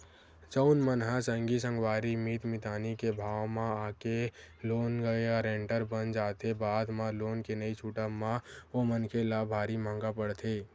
जउन मन ह संगी संगवारी मीत मितानी के भाव म आके लोन के गारेंटर बन जाथे बाद म लोन के नइ छूटब म ओ मनखे ल भारी महंगा पड़थे